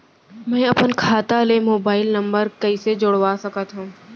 मैं अपन खाता ले मोबाइल नम्बर कइसे जोड़वा सकत हव?